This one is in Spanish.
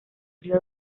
río